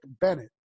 Bennett